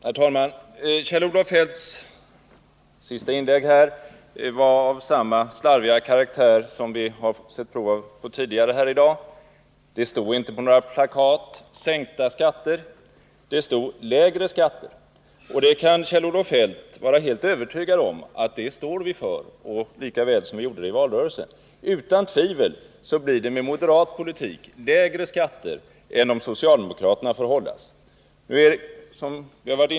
Herr talman! Kjell-Olof Feldts senaste inlägg var av samma slarviga karaktär som vi sett prov på här tidigare i dag. Det stod inte ”sänkta skatter” på våra plakat. Det stod ”lägre skatter”. Kjell-Olof Feldt kan vara helt övertygad om att vi står för det nu, lika väl som vi gjorde det i valrörelsen. Med moderat politik blir det utan tvivel lägre skatter än om socialdemokraterna får hållas.